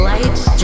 Lights